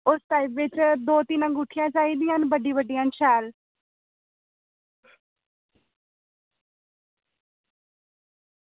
ते उस टाईप च बड्डी बड्डियां अंगूठियां चाही दियां न शैल